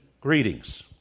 greetings